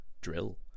drill